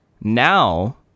Now